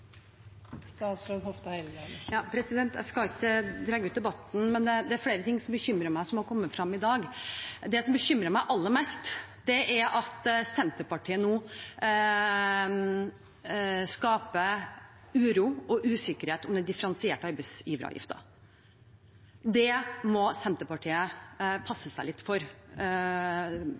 ting som har kommet fram i dag, som bekymrer meg. Det som bekymrer meg aller mest, er at Senterpartiet nå skaper uro og usikkerhet om den differensierte arbeidsgiveravgiften. Det må Senterpartiet passe seg litt for